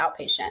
outpatient